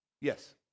Yes